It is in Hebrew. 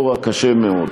קשה מאוד.